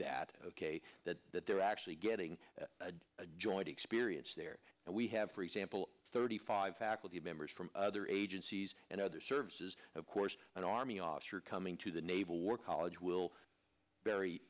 that ok that that they're actually getting a joint experience there and we have for example thirty five faculty members from other agencies and other services of course an army officer coming to the naval war college will very